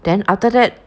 then after that